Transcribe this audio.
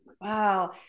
Wow